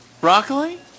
Broccoli